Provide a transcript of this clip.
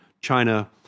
China